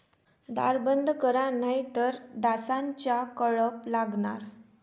दार बंद करा नाहीतर डासांचा कळप लागणार